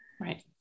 Right